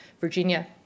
Virginia